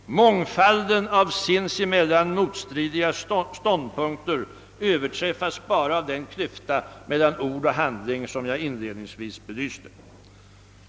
Mångfalden av sinsemellan motstridiga ståndpunkter överträffas bara av den klyfta mellan ord och handling som jag inledningsvis belyste.